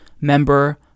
member